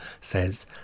says